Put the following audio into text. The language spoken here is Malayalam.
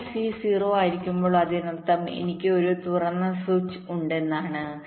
അതിനാൽ സി 0 ആയിരിക്കുമ്പോൾ അതിനർത്ഥം എനിക്ക് ഒരു തുറന്ന സ്വിച്ച് ഉണ്ടെന്നാണ്